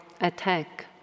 attack